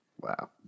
Wow